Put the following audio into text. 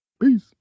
Peace